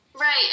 right